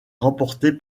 remportée